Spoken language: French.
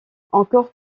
encore